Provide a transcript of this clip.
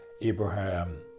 Abraham